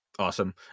awesome